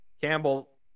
Campbell